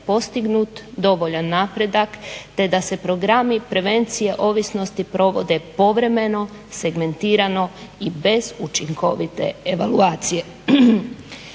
postignut dovoljan napredak, te da se programi prevencije ovisnosti provode povremeno, segmentirano i bez učinkovite evaluacije.